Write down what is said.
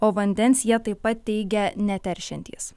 o vandens jie taip pat teigia neteršiantys